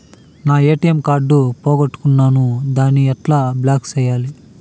నా ATM card పోగొట్టుకున్నాను, దాన్ని ఎట్లా బ్లాక్ సేయాలి?